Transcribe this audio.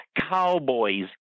cowboys